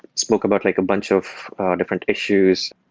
spoke about like a bunch of different issues.